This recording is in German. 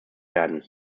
werden